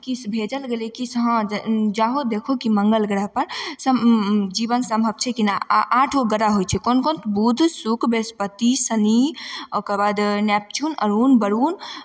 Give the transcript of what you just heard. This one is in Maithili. किछु भेजल गेलै कि से हँ जाहो देखहो मङ्गल ग्रहपर सम् जीवन सम्भव छै कि नहि आ आठ गो ग्रह होइ छै कोन कोन बुध शुक्र ब्रिहस्पति सनि ओकर बाद नेपच्यून अरुण वरुण